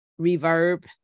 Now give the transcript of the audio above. reverb